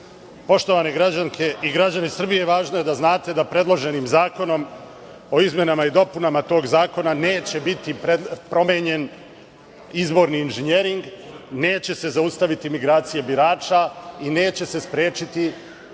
Hvala. Poštovane građanke i građani Srbije važno je da znate da predloženim zakonom o izmenama i dopunama tog zakona neće biti promenjen izborni inženjering, neće se zaustaviti migracije birača i neće se sprečiti upotreba